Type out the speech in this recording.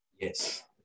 Yes